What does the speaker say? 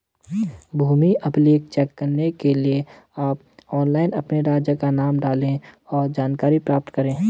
भूमि अभिलेख चेक करने के लिए आप ऑनलाइन अपने राज्य का नाम डालें, और जानकारी प्राप्त करे